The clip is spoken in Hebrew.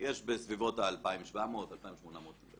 בסביבות 2,700, 2,800 מגדלים.